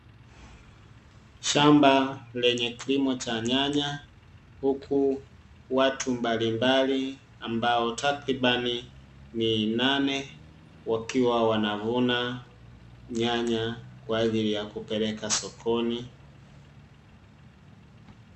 Shamba lenye kilimo cha nyanya huku watu mbalimbali ambao takribani ni nane, wakiwa wanavuna nyanya kwa ajili ya kupeleka sokoni.